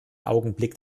augenblick